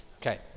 okay